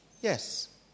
Yes